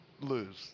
lose